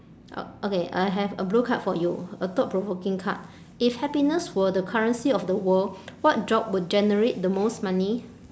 uh okay I have a blue card for you a thought provoking card if happiness were the currency of the world what job would generate the most money